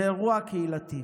זה אירוע קהילתי.